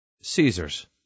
caesar's